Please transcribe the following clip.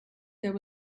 there